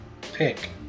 pick